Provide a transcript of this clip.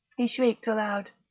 he shrieked aloud.